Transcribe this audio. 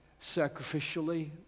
sacrificially